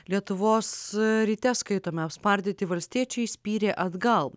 lietuvos ryte skaitome apspardyti valstiečiai spyrė atgal